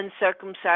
uncircumcised